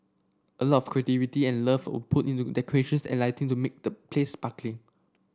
a lot of creativity and love were put into decorations and lighting to make the place sparkling